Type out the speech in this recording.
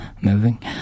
moving